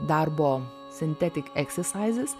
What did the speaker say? darbo sintetic exercises